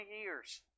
years